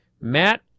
Matt